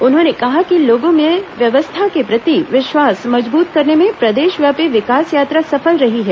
उन्होंने कहा कि लोगों में व्यवस्था के प्रति विश्वास मजबूत करने में प्रदेशव्यापी विकास यात्रा सफल रही है